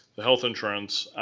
the health insurance.